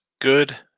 good